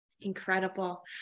Incredible